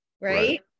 right